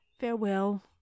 Farewell